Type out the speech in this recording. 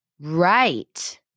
Right